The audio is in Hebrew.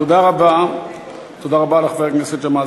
תודה רבה לחבר הכנסת ג'מאל